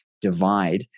divide